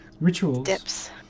rituals